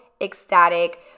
ecstatic